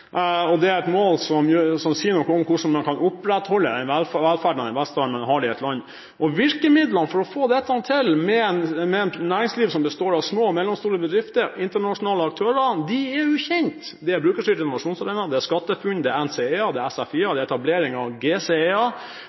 og det er et mål som sier noe om hvordan man kan opprettholde velferden og den velstanden man har i et land. Virkemidlene for å få dette til med et næringsliv som består av små og mellomstore bedrifter og internasjonale aktører, er jo kjent. Det er Brukerstyrt innovasjonsarena, det er SkatteFUNN, det er NCE-er, det er SFI-er, det er etablering av